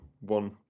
one